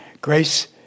Grace